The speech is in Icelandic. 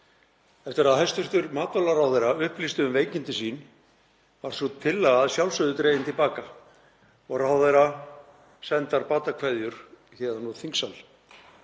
Eftir að hæstv. matvælaráðherra upplýsti um veikindi sín var sú tillaga að sjálfsögðu dregin til baka og ráðherra sendar batakveðjur héðan úr þingsal.